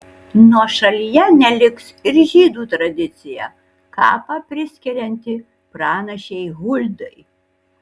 nuošalyje neliks ir žydų tradicija kapą priskirianti pranašei huldai